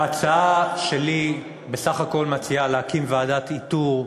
ההצעה שלי בסך הכול מציעה להקים ועדת איתור,